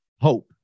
hope